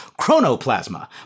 chronoplasma